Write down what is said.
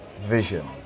vision